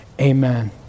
amen